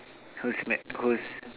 who's let who's